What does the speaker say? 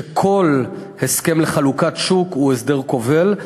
שכל הסכם לחלוקת שוק הוא הסדר כובל,